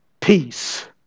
peace